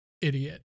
idiot